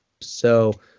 So-